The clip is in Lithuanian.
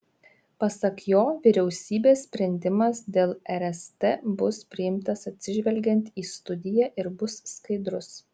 pasak jo vyriausybės sprendimas dėl rst bus priimtas atsižvelgiant į studiją ir bus skaidrus